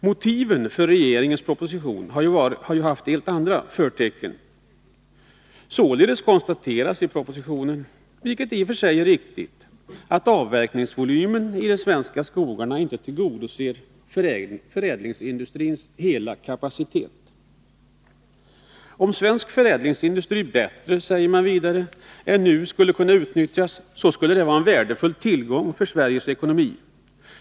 Motiven för regeringens proposition har ju haft helt andra förtecken. Således konstateras i propositionen, vilket i och för sig är riktigt, att avverkningsvolymen i de svenska skogarna inte tillgodoser förädlingsindustrins hela kapacitet. Om svensk förädlingsindustri, säger man vidare, bättre än nu kunde utnyttjas skulle det vara en värdefull tillgång för Sveriges ekonomi.